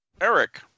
Eric